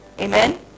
Amen